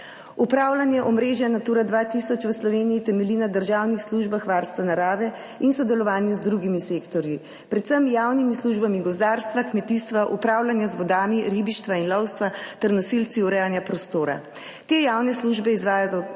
Upravljanje omrežja Natura 2000 v Sloveniji temelji na državnih službah varstva narave in sodelovanju z drugimi sektorji, predvsem javnimi službami gozdarstva, kmetijstva, upravljanja z vodami, ribištva in lovstva ter nosilci urejanja prostora. Te javne službe izvajajo,